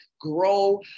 grow